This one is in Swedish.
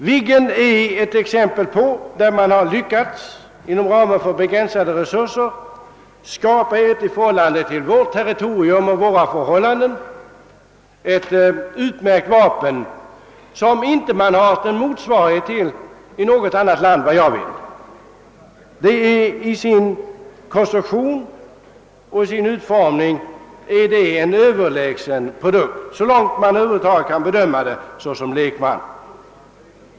Viggen är ett exempel på att man har lyckats att inom ramen för begränsade resurser skapa ett i förhållande till vårt territorium och våra förhållanden utmärkt vapen, som det såvitt jag vet inte finns någon motsvarighet till i något annat land. Detta flygplan är en i sin konstruktion och i sin utformning Ööverlägsen produkt så långt man över huvud taget kan bedöma det såsom lIlek man.